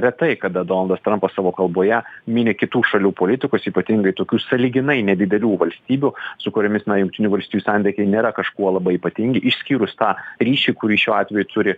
retai kada donaldas trampas savo kalboje mini kitų šalių politikus ypatingai tokių sąlyginai nedidelių valstybių su kuriomis na jungtinių valstijų santykiai nėra kažkuo labai ypatingi išskyrus tą ryšį kurį šiuo atveju turi